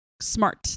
Smart